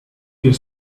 your